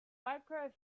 mirco